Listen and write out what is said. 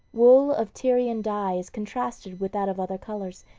wool of tyrian dye is contrasted with that of other colors,